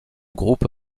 groupe